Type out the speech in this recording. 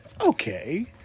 okay